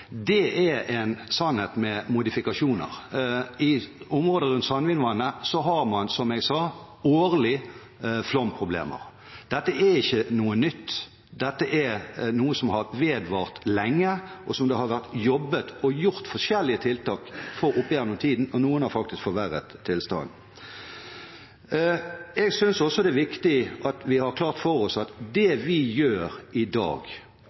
Det er en sannhet med modifikasjoner. I området rundt Sandvinvatnet har man, som jeg sa, flomproblemer årlig. Dette er ikke noe nytt, dette er noe som har vedvart lenge, og som det har vært jobbet og gjort forskjellige tiltak med opp gjennom tidene – og noen har faktisk forverret tilstanden. Jeg synes det er viktig å ha klart for seg at det vi gjør i dag,